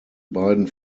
beiden